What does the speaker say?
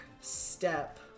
step